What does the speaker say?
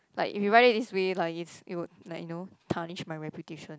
like if you write it this way like it's it would like you know tarnish my reputation